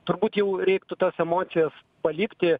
turbūt jau reiktų tas emocijas palikti